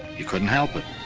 you couldn't help it.